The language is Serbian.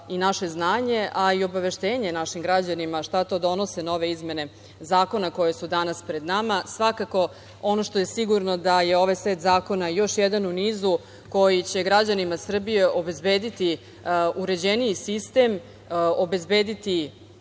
i naše znanje, a i obaveštenje našim građanima, šta to donose nove izmene zakona koji su danas pred nama. Svakako, ono što je sigurno da je ovaj set zakona još jedan u nizu koji će građanima Srbije obezbediti uređeniji sistem, obezbediti